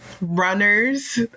runners